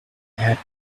happy